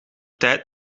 tijd